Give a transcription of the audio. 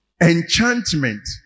Enchantment